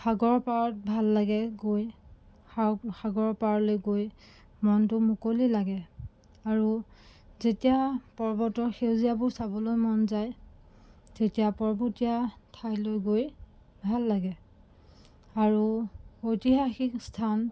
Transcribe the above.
সাগৰ পাৰত ভাল লাগে গৈ সা সাগৰৰ পাৰলৈ গৈ মনটো মুকলি লাগে আৰু যেতিয়া পৰ্বতৰ সেউজীয়াবোৰ চাবলৈ মন যায় তেতিয়া পৰ্বতীয়া ঠাইলৈ গৈ ভাল লাগে আৰু ঐতিহাসিক স্থান